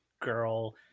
girl